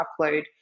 upload